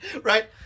Right